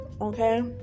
okay